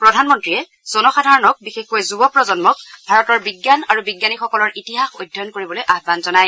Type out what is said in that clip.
প্ৰধানমন্ত্ৰীয়ে জনসাধাৰণক বিশেষকৈ যুৱ প্ৰজন্মক ভাৰতৰ বিজ্ঞান আৰু বিজ্ঞানীসকলৰ ইতিহাস অধ্যয়ন কৰিবলৈ আহান জনায়